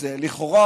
אז לכאורה,